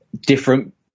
Different